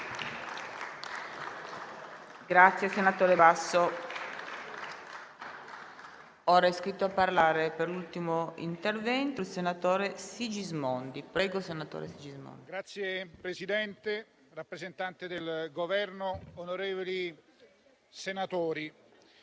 Signor Presidente, rappresentante del Governo, onorevoli senatori,